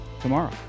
Tomorrow